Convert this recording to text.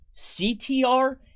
CTR